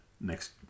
next